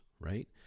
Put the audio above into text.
Right